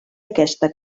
aquesta